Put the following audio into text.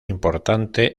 importante